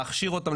להכשיר אותם,